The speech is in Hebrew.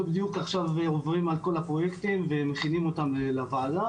אנחנו בדיוק עכשיו עוברים על כל הפרויקטים ומכינים אותם לוועדה.